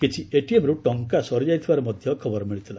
କିଛି ଏଟିଏମ୍ରୁ ଟଙ୍କା ସରିଯାଇଥିବାର ମଧ୍ୟ ଖବର ମିଳିଥିଲା